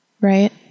right